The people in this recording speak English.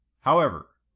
however,